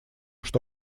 что